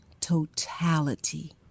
totality